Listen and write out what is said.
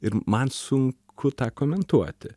ir man sunku tą komentuoti